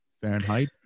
Fahrenheit